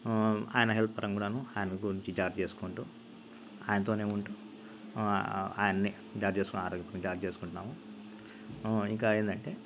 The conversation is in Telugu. ఆయన హెల్త్ పరంగా కూడాను ఆయన గురించి జాగ్రత్త చేసుకుంటూ ఆయనతోనే ఉంటూ ఆయన్ని జాగ్రత్త చేసుకు ఆరోగ్యం జాగ్రత్త చేసుకుంటున్నాము ఇంకా ఏందంటే